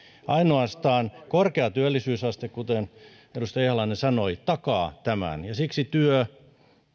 ainoastaan korkea työllisyysaste kuten edustaja ihalainen sanoi takaa tämän ja siksi työ